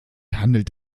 handelt